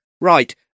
Right